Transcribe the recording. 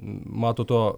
mato to